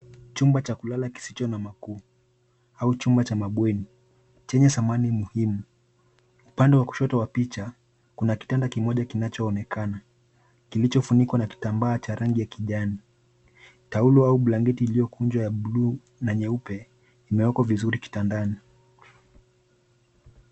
Chumba cha kulala kisicho na makuu au chumba cha mabweni chenye samani muhimu. Upande wa kushoto wa picha kuna kitanda kimoja kinachoonekana kilichofunikwa na kitambaa cha rangi ya kijani. Taulo au blanketi iliyokunjwa ya bluu na nyeupe imewekwa vizuri kitandani.